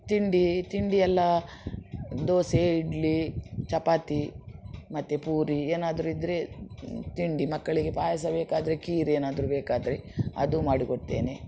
ತಿಂಡಿ ತಿಂಡಿಯೆಲ್ಲಾ ದೋಸೆ ಇಡ್ಲಿ ಚಪಾತಿ ಮತ್ತು ಪೂರಿ ಏನಾದರು ಇದ್ರೆ ತಿಂಡಿ ಮಕ್ಕಳಿಗೆ ಪಾಯಸ ಬೇಕಾದರೆ ಖೀರ್ ಏನಾದರು ಬೇಕಾದರೆ ಅದು ಮಾಡಿಕೊಡ್ತೇನೆ